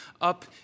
up